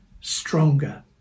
stronger